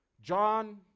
John